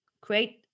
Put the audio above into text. create